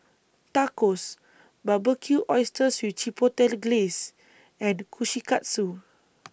Tacos Barbecued Oysters with Chipotle Glaze and Kushikatsu